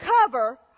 cover